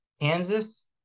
Kansas